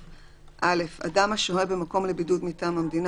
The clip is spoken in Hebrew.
(א) אדם השוהה במקום לבידוד מטעם המדינה